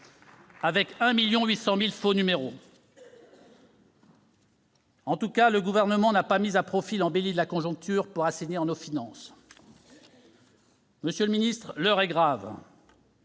Nathalie Goulet. En tout cas, le Gouvernement n'a pas mis à profit l'embellie de la conjoncture pour assainir nos finances. Monsieur le ministre, l'heure est grave,